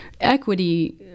equity